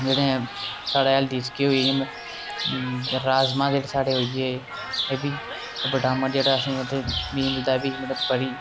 जेह्ड़े आं साढ़े हैल्दी च केह् होई राजमांह् ते साढ़े होई गे एह्बी विटामिन जेह्ड़ा असें गी मतलब मिलदा मतलब एह्बी बड़ी